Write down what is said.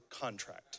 contract